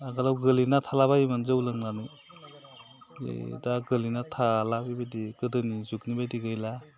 आगोलाव गोग्लैना थालाबायोमोन जौ लोंनानै दा गोग्लैना थाला बेबादि गोदोनि जुगनि बायदि गैला